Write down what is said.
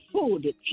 food